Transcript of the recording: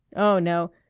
oh, no.